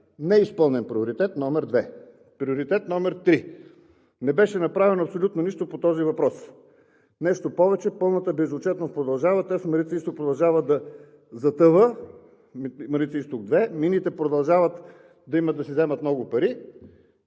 Неизпълнен приоритет номер две. Приоритет номер три – не беше направено абсолютно нищо по този въпрос. Нещо повече, пълната безотчетност продължава, „ТЕЦ Марица изток 2“ продължава да затъва, мините продължават да имат да си вземат много пари.